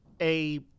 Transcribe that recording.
a-